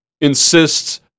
insists